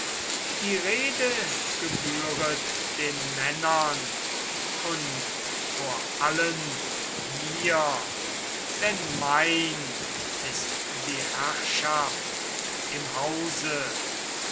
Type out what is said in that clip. die rede gebühret den männern und vor allem mir denn mein ist die herrschaft im hause